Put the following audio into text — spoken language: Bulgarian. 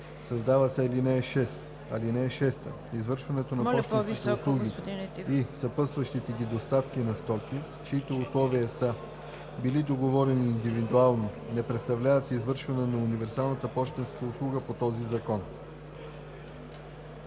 „Създава се ал. 6: (6) Извършването на пощенски услуги и съпътстващите ги доставки на стоки, чиито условия са били договорени индивидуално, не представляват извършване на универсална пощенска услуга по този закон.“